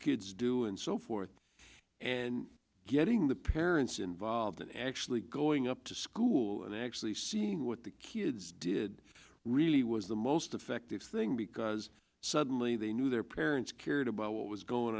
kids do and so forth and getting the parents involved in actually going up to school and actually seeing what the kids did it really was the most effective thing because suddenly they knew their parents cared about what was going